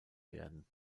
werden